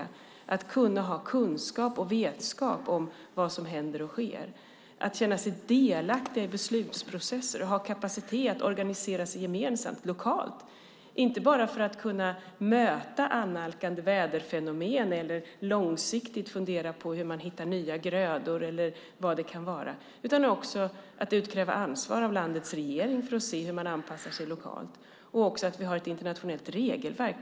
Det handlar om att ha kunskap och vetskap om vad som händer och sker. Det handlar om att de ska känna sig delaktiga i beslutsprocesser, ha kapacitet och organisera sig gemensamt lokalt, inte bara för att kunna möta annalkande väderfenomen eller långsiktigt fundera på hur man hittar nya grödor eller vad det kan vara utan också för att utkräva ansvar av landets regering när det gäller hur man anpassar sig lokalt. Det handlar också om att vi har ett internationellt regelverk.